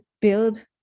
build